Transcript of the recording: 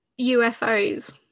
UFOs